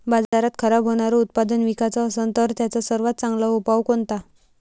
बाजारात खराब होनारं उत्पादन विकाच असन तर त्याचा सर्वात चांगला उपाव कोनता?